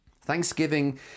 Thanksgiving